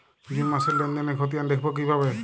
June মাসের লেনদেনের খতিয়ান দেখবো কিভাবে?